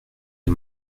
les